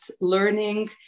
learning